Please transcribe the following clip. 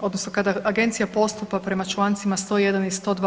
odnosno kada agencija postupa prema čl. 101. i 102.